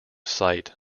sight